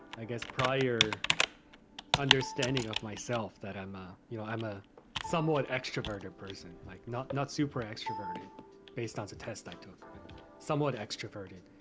i guess, prior understanding of myself that i'm ah you know, i'm a somewhat extroverted person, like not not super extroverted based on the test i took, but somewhat extroverted.